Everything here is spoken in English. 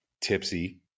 tipsy